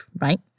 right